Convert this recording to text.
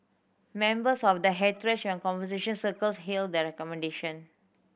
members of the heritage and conservation circles hailed the recommendation